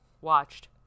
watched